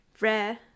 rare